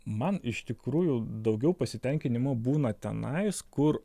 man iš tikrųjų daugiau pasitenkinimo būna tenai kur